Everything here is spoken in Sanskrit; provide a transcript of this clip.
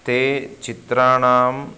ते चित्राणां